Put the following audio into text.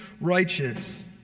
righteous